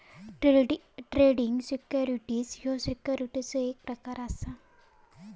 trading securities ह्यो सिक्युरिटीजचो एक प्रकार असा